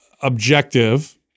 objective